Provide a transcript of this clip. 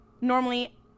normally